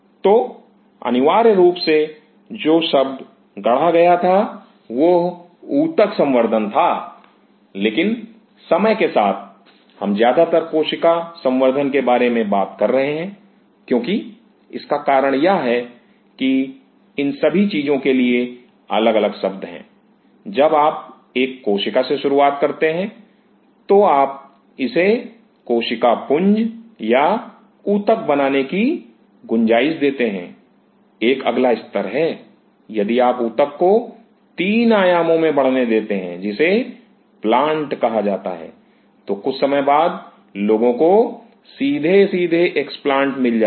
तो अनिवार्य रूप से जो शब्द गढ़ा गया था वह ऊतक संवर्धन था लेकिन समय के साथ हम ज्यादातर कोशिका संवर्धन के बारे में बात कर रहे हैं क्योंकि इसका कारण यह है कि इन सभी चीजों के लिए अलग अलग शब्द हैं जब आप एक कोशिका से शुरुआत करते हैं तो आप इसे कोशिका पुंज या ऊतक बनाने की गुंजाइश देते हैं एक अगला स्तर है यदि आप ऊतक को तीन आयामों में बढ़ने देते हैं जिसे प्लांट कहा जाता है तो कुछ समय बाद लोगों को सीधे एक्सप्लांट्स मिल जाते हैं